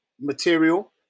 material